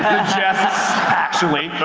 suggests actually.